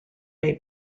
may